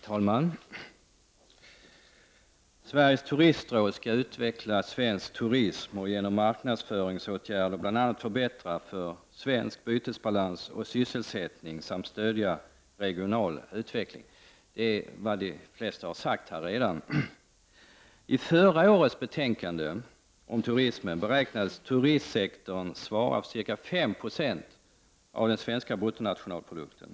Herr talman! Sveriges turistråd skall utveckla svensk turism och genom marknadsföringsåtgärder bl.a. förbättra svensk bytesbalans och sysselsättning samt stödja regional utveckling, vilket redan har nämnts. I förra årets betänkande om turismen beräknades turistsektorn svara för ca 5 20 av den svenska bruttonationalprodukten.